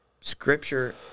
scripture